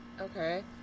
Okay